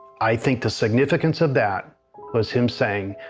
i think the significance of that was him saying,